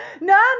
no